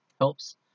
Helps